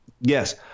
Yes